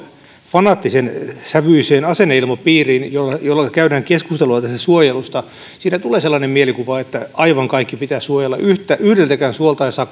fanaattisen sävyiseen asenneilmapiiriin jolla jolla käydään keskustelua tästä suojelusta siinä tulee sellainen mielikuva että aivan kaikki pitää suojella yhdeltäkään suolta ei saa